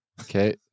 Okay